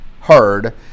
heard